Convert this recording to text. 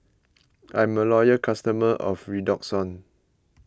I'm a loyal customer of Redoxon